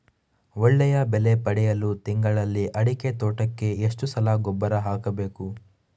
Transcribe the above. ಒಳ್ಳೆಯ ಬೆಲೆ ಪಡೆಯಲು ತಿಂಗಳಲ್ಲಿ ಅಡಿಕೆ ತೋಟಕ್ಕೆ ಎಷ್ಟು ಸಲ ಗೊಬ್ಬರ ಹಾಕಬೇಕು?